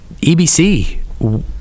EBC